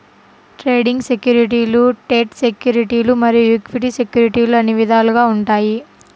trading సెక్యూరిటీలు debt సెక్యూరిటీలు మరియు ఈక్విటీ సెక్యూరిటీలు అని విధాలుగా ఉంటాయి